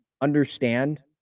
understand